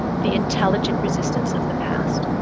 the intelligent resistance of the past.